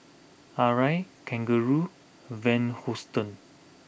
Arai Kangaroo Van Houten